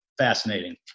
Fascinating